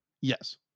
Yes